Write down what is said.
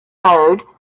mode